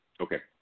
Okay